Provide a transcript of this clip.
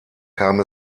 kam